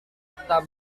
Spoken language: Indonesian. tak